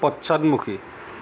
পশ্চাদমুখী